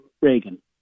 Reagan